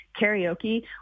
karaoke